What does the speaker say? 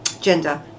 gender